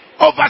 Over